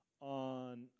on